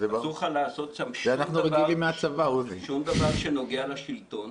שום דבר שנוגע לשלטון,